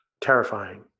terrifying